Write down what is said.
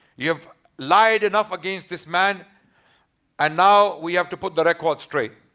you have lied enough against this man and now we have to put the record straight.